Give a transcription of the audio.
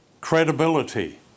credibility